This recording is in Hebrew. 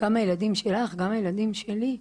גם הילדים שלך וגם הילדים שלי,